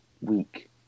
week